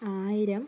ആയിരം